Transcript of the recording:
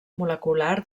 molecular